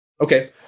Okay